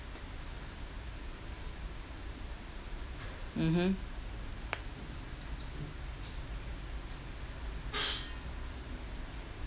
mmhmm